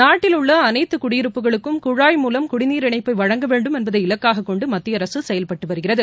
நாட்டில் உள்ள அனைத்து குடியிருப்புகளுக்கும் குழாய் மூலம் குடிநீர் இணைப்பை வழங்க வேண்டும் என்பதை இலக்காக கொண்டு மத்திய அரசு செயல்பட்டு வருகிறது